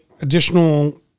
additional